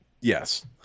Yes